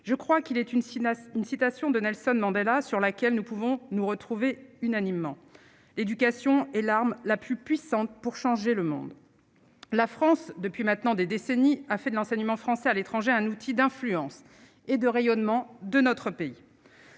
une synagogue, une citation de Nelson Mandela, sur laquelle nous pouvons nous retrouver unanimement l'éducation est l'arme la plus puissante pour changer le monde, la France depuis maintenant des décennies, a fait de l'enseignement français à l'étranger, un outil d'influence et de rayonnement de notre pays.